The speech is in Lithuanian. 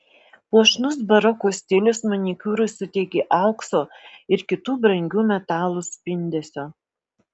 puošnus baroko stilius manikiūrui suteikė aukso ir kitų brangių metalų spindesio